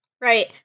Right